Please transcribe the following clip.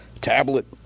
Tablet